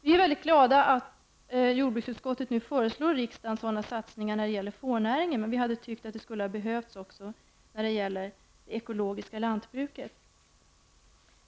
Vi är mycket glada över att jordbruksutskottet nu föreslår riksdagen sådana satsningar när det gäller fårnäringen, men vi tycker att det också hade behövts när det gäller det ekologiska lantbruket.